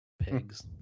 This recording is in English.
Pigs